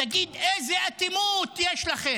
תגיד, איזה אטימות יש לכם?